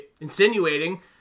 insinuating